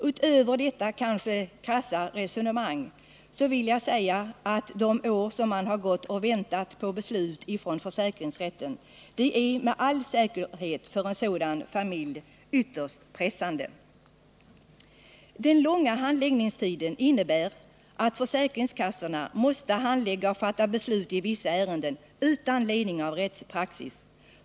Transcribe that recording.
Utöver detta kanske krassa resonemang vill jag säga att det med all säkerhet är ytterst pressande för en sådan familj under de år den går och väntar på beslut från försäkringsrätten. Den långa handläggningstiden innebär att försäkringskassorna måste handlägga och fatta beslut i vissa ärenden utan ledning av rättspraxis.